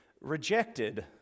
rejected